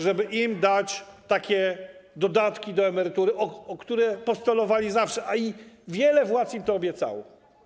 Żeby im dać takie dodatki do emerytury, o które postulowali zawsze, a wiele władz im to obiecało.